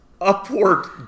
upward